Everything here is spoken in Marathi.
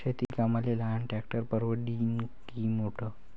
शेती कामाले लहान ट्रॅक्टर परवडीनं की मोठं?